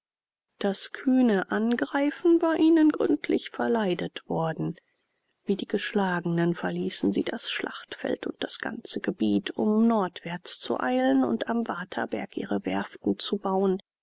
das kühne angreifen war ihnen gründlich verleidet worden wie die geschlagenen verließen sie das schlachtfeld und das ganze gebiet um nordwärts zu eilen und am waterberg ihre werften zu bauen